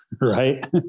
right